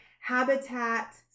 Habitat